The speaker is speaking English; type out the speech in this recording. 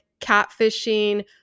catfishing